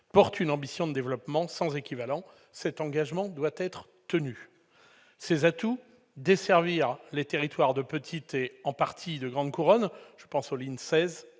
porte une ambition de développement sans équivalent. Cet engagement doit être tenu ! Ses atouts ? Desservir les territoires de petite et, en partie, de grande couronne- je pense aux lignes 16,